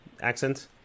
accent